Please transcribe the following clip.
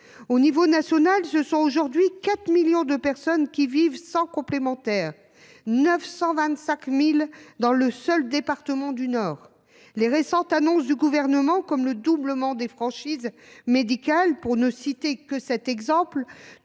Au niveau national, ce sont aujourd’hui 4 millions de personnes qui vivent sans complémentaire santé, 925 000 dans le seul département du Nord. Les récentes annonces du Gouvernement, comme le doublement des franchises médicales pour ne citer que cet exemple,